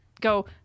go